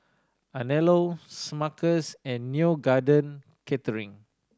Anello Smuckers and Neo Garden Catering